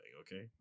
okay